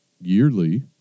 yearly